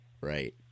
Right